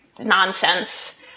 nonsense